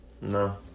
No